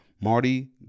Marty